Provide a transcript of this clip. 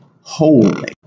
holy